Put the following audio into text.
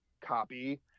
copy